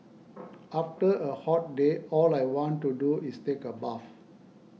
after a hot day all I want to do is take a bath